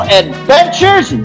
adventures